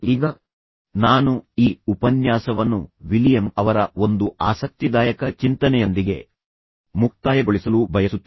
ಈಗ ನಾನು ಈ ಉಪನ್ಯಾಸವನ್ನು ವಿಲಿಯಂ ಅವರ ಒಂದು ಆಸಕ್ತಿದಾಯಕ ಚಿಂತನೆಯೊಂದಿಗೆ ಮುಕ್ತಾಯಗೊಳಿಸಲು ಬಯಸುತ್ತೇನೆ